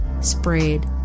spread